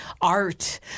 art